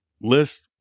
list